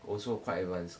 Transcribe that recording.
also quite advanced